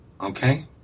okay